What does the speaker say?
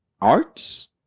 arts